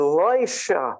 Elisha